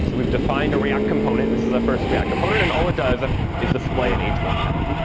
so we've defined a react component. this is our first react component. and all it does ah is display an h one tag.